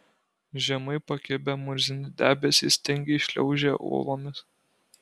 žemai pakibę murzini debesys tingiai šliaužė uolomis